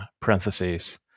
parentheses